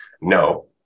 no